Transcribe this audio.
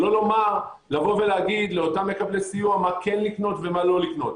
שלא לומר לבוא ולהגיד לאותם מקבלי סיוע מה כן לקנות ומה לא לקנות.